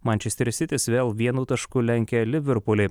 mančester sitis vėl vienu tašku lenkia liverpulį